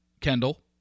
Kendall